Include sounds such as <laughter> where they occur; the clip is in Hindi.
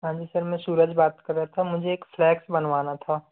हाँ जी सर में सूरज बात कर रहा था मुझे एक <unintelligible> बनवाना था